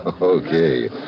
Okay